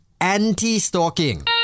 anti-stalking